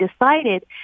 decided